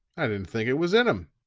i didn't think it was in him.